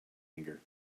anger